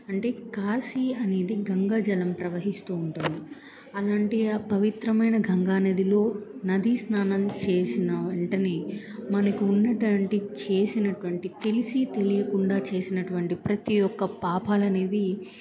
అంటే కాశీ అనేది గంగా జలం ప్రవహిస్తూ ఉంటుంది అలాంటి పవిత్రమైన గంగా నదిలో నది స్నానం చేసిన వెంటనే మనకు ఉన్నటువంటి చేసినటువంటి తెలిసి తెలియకుండా చేసినటువంటి ప్రతి ఒక్క పాపాలనేవి